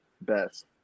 best